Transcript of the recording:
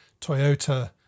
Toyota